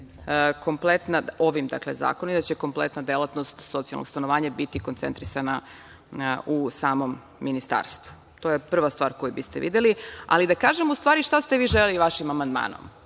stanovanje i da će kompletna delatnost socijalnog stanovanja biti koncentrisana u samom ministarstvu. To je prva stvar koju biste videli. Ali, da kažem u stvari šta ste vi želeli vašim amandmanom.